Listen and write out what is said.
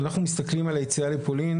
אנחנו מסתכלים על היציאה לפולין